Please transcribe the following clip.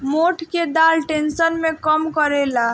मोठ के दाल टेंशन के कम करेला